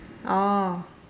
orh